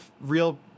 real